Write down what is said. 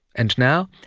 and now,